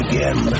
Again